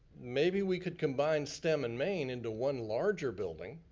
maybe we could combine stem and main into one larger building,